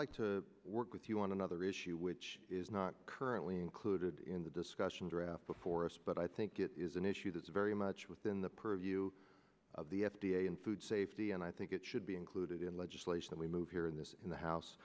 like to work with you on another issue which is not currently included in the discussion draft before us but i think it is an issue that's very much within the purview of the f d a in food safety and i think it should be included in legislation we move here in this in the house